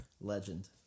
legend